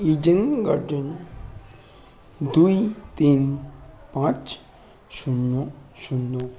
Eden Garden দুই তিন পাঁচ শূন্য শূন্য